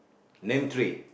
name three